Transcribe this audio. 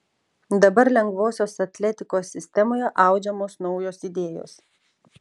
dabar lengvosios atletikos sistemoje audžiamos naujos idėjos